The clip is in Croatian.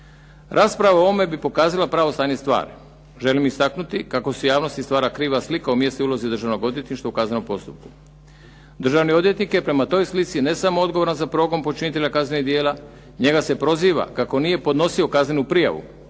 Rasprava o ovome bi pokazala pravo stanje stvari. Želim istaknuti kako se u javnosti stvara kriva slika o mjestu i ulozi Državnog odvjetništva u kaznenom postupku. Državni odvjetnik je prema toj slici ne samo odgovaran za progon počinitelja kaznenih djela, njega se proziva kako nije podnosio kaznenu prijavu,